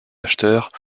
acheteurs